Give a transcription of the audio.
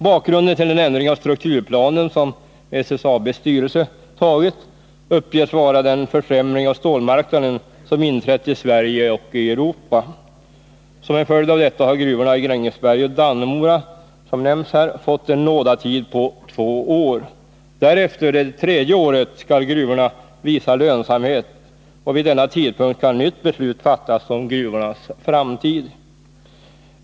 Bakgrunden till den ändring av strukturplanen som SSAB:s styrelse beslutat om uppges vara den försämring av stålmarknaden som inträtt i Sverige och i Europa över huvud taget. Som en följd av detta har gruvorna i Grängesberg och Dannemora, som nämnts här, fått en nådatid på två år. Därefter — under det tredje året — skall gruvorna visa lönsamhet, och vid denna tidpunkt skall nytt beslut fattas om gruvornas framtid.